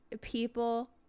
people